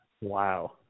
Wow